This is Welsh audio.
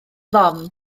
ddofn